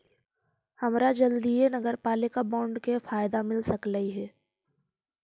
हमरा जल्दीए नगरपालिका बॉन्ड के फयदा मिल सकलई हे